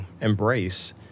embrace